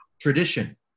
tradition